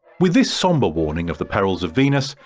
with this sombre warning of the perils of venus,